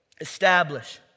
establish